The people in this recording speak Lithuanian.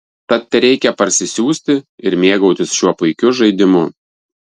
tad tereikia parsisiųsti ir mėgautis šiuo puikiu žaidimu